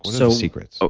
so secrets? so